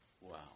Wow